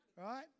Right